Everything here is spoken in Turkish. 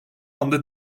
anda